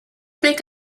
make